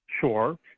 Sure